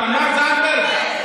תמר זנדברג,